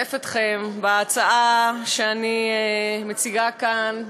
לשתף אתכם בהצעה שאני מציגה כאן,